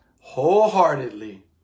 wholeheartedly